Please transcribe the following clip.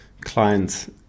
clients